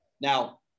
Now